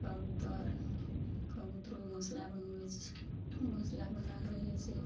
कबूतर कबूतरो घोसला बनबय छै घोसला बनाके रहय छै